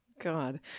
God